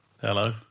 Hello